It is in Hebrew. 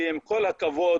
עם כל הכבוד,